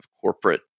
corporate